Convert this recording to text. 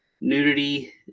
nudity